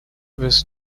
was